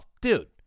dude